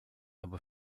aber